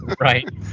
Right